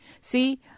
See